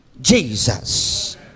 Jesus